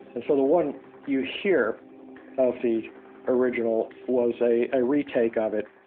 and so the one you hear of the original, was a ah re-take ah of it